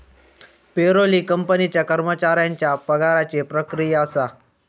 payroll ही कंपनीच्या कर्मचाऱ्यांच्या पगाराची प्रक्रिया असा